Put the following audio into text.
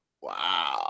Wow